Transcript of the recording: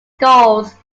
goals